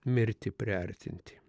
mirtį priartinti